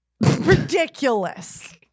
Ridiculous